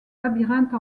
labyrinthe